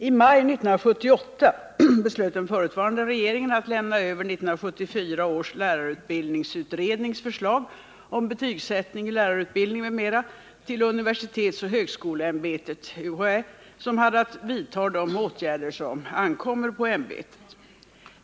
I maj 1978 beslöt den förutvarande regeringen att lämna över 1974 års lärarutbildningsutrednings förslag om betygsättning i lärarutbildning m.m. till universitetsoch högskoleämbetet, UHÄ, som hade att vidta de åtgärder som ankommer på ämbetet.